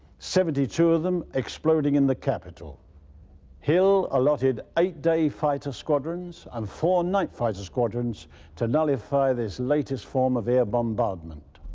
seventy two of them exploding in the capital hill allotted eight day fighter squadrons and um four night fighter squadrons to nullify this latest form of air bombardment.